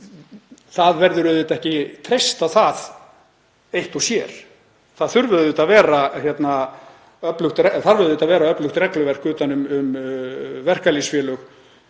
það verður auðvitað ekki treyst á það eitt og sér. Það þarf að vera öflugt regluverk utan um verkalýðsfélög,